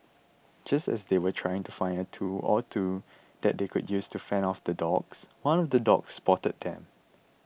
just as they were trying to find a tool or two that they could use to fend off the dogs one of the dogs spotted them